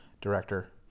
director